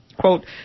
Quote